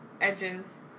edges